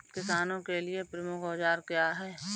किसानों के लिए प्रमुख औजार क्या हैं?